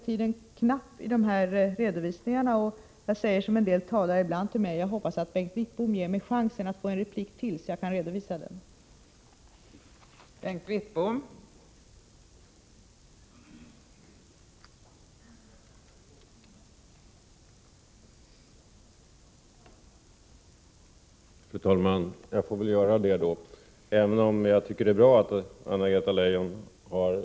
Tiden är knapp i replikerna, jag säger därför som en del talare brukar säga till mig: Jag hoppas att Bengt Wittbom ger mig chansen att få en replik till, så att jag kan redovisa enkäten.